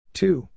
Two